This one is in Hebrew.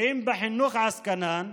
ואם בחינוך עסקנן,